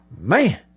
man